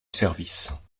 service